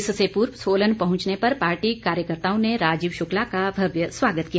इससे पूर्व सोलन पहुंचने पर पार्टी कार्यकताओं ने राजीव शुक्ला का भव्य स्वागत किया